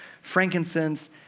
frankincense